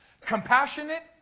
compassionate